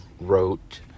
wrote